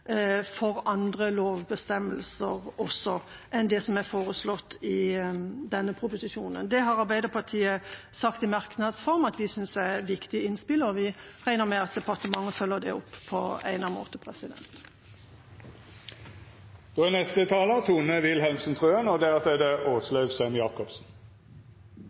for andre lovbestemmelser enn det som er foreslått i denne proposisjonen. Det har Arbeiderpartiet sagt i merknads form at vi synes er viktige innspill, og vi regner med at departementet følger det opp på egnet møte. Lovendringene vi vedtar i dag, har som overordnet mål å bidra til bedre rettsvern for barn mot vold og overgrep. Det